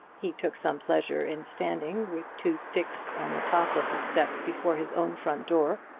he took some pleasure in standing, with two sticks on the top of the steps before his own front door,